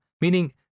meaning